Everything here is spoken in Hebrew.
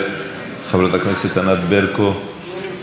אחריו, חברת הכנסת עאידה תומא סלימאן.